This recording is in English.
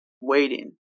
Waiting